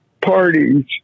parties